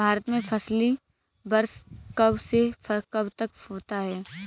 भारत में फसली वर्ष कब से कब तक होता है?